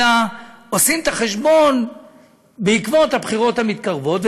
אלא עושים את החשבון בעקבות הבחירות המתקרבות.